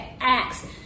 Acts